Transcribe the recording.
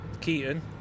Keaton